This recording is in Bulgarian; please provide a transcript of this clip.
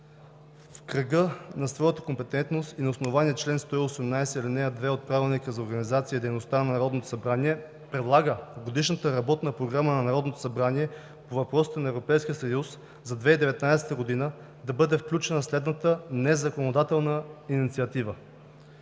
В кръга на своята компетентност и на основание чл. 118, ал. 2 от Правилника за организацията и дейността на Народното събрание предлага в Годишната работна програма на Народното събрание по въпросите на Европейския съюз за 2019 г. да бъде включена следната незаконодателна инициатива: